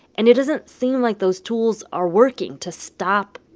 and it doesn't seem like those tools are working to stop,